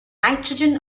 nitrogen